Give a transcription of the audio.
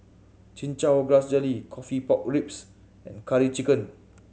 Chin Chow Grass Jelly coffee pork ribs and Curry Chicken